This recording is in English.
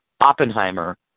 Oppenheimer